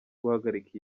guhagarika